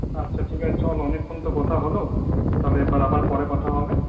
আচ্ছা ঠিক আছে চল অনেকক্ষণ তো কথা হল তাহলে এবার আবার পরে কথা হবে